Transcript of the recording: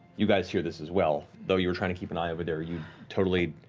you guys hear this as well, though you were trying to keep an eye over there, you totally